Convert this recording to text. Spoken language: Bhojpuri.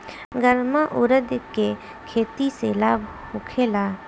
गर्मा उरद के खेती से लाभ होखे ला?